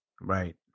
Right